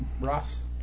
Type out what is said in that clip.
Ross